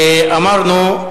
אמרנו,